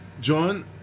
John